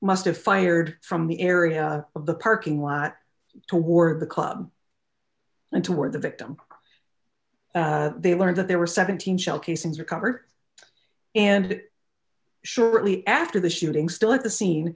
must have fired from the area of the parking lot toward the club and toward the victim they learned that there were seventeen shell casings recovered and shortly after the shooting still at the